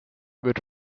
wird